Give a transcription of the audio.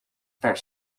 per